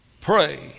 pray